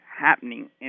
happening